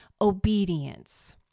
obedience